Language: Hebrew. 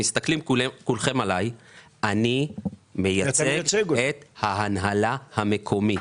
אני מייצג את ההנהלה המקומית.